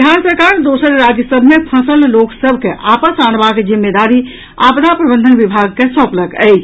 बिहार सरकार दोसर राज्य सभ मे फंसल लोक सभ के आपस आनबाक जिम्मेदारी आपदा प्रबंधन विभाग के सौंपलक अछि